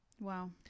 Wow